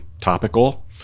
topical